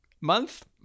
month